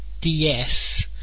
DS